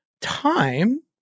time